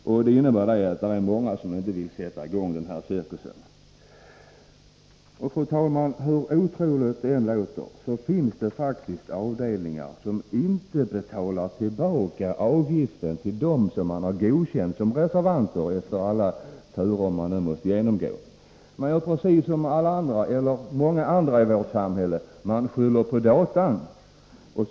Det medför att det är många som inte vill sätta i gång den här cirkusen. Fru talman! Hur otroligt det än låter så finns det faktiskt avdelningar som inte betalar tillbaka avgiften till dem som man har godkänt som reservanter efter alla turer som de nu måste genomgå. Man gör precis som många andra i vårt samhälle — man skyller på datorn.